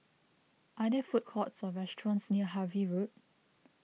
are there food courts or restaurants near Harvey Road